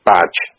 Badge